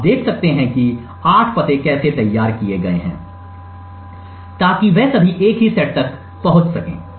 आप देख सकते हैं कि 8 पते कैसे तैयार किए गए हैं ताकि वे सभी एक ही सेट तक पहुंच सकें